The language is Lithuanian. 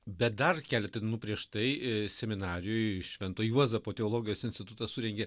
bet dar keletą dienų prieš tai seminarijoj švento juozapo teologijos institutas surengė